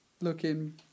looking